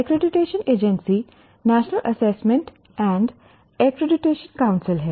accreditation agency national assessment and accreditation council है